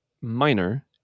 minor